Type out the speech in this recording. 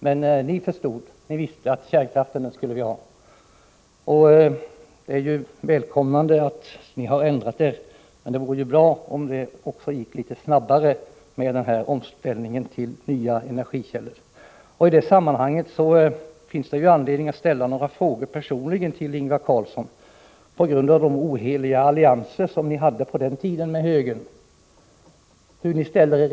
Men ni visste att vi skulle ha kärnkraft. Det är välkommet att ni nu har ändrat er. Det vore dock bra om omställningen till nya energikällor också gick litet snabbare. I detta sammanhang finns det anledning att ställa några frågor till Ingvar Carlsson på grund av de oheliga allianser med högern som på den tiden förekom.